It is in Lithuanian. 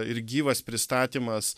ir gyvas pristatymas